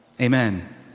Amen